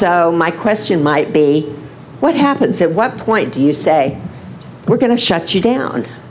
so my question might be what happens at what point do you say we're going to shut you down